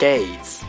Gaze